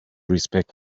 respect